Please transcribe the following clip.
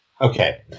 Okay